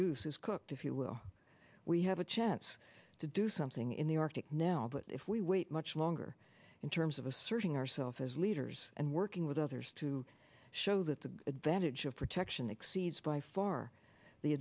goose is cooked if you will we have a chance to do something in the arctic now but if we wait much longer in terms of asserting ourselves as leaders and working with others to show that the advantage of protection exceeds by far the